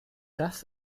das